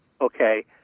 Okay